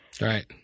Right